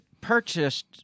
purchased